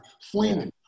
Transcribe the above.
flaming